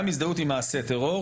גם הזדהות עם מעשה טרור,